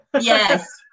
Yes